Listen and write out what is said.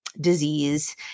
disease